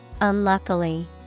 unluckily